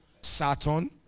Saturn